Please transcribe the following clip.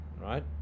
right